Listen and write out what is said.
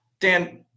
Dan